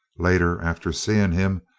later, after seeing him,